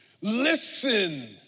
Listen